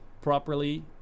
properly